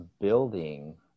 building